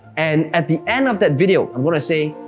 and at the end of that video i'm gonna say,